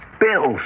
Bills